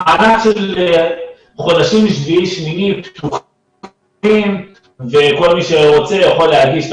המענק של חודשים יולי ואוגוסט כל מי שרוצה יכול להגיש את